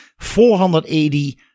480